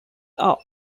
are